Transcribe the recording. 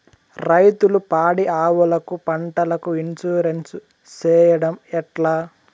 రైతులు పాడి ఆవులకు, పంటలకు, ఇన్సూరెన్సు సేయడం ఎట్లా?